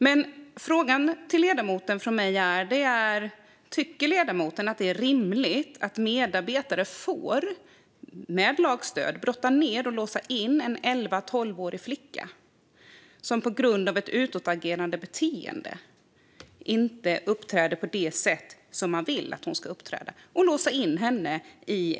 Min fråga till ledamoten är: Tycker ledamoten att det är rimligt att medarbetare med lagstöd får brotta ned och låsa in en flicka på elva tolv år i ett kalt rum på grund av ett utagerande beteende och att hon inte uppträder på det sätt som man vill att hon ska uppträda?